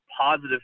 positive